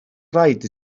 rhaid